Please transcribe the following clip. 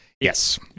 Yes